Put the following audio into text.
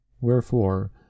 Wherefore